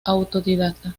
autodidacta